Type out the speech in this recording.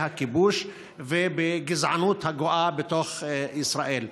הכיבוש ובגזענות הגואה בתוך ישראל.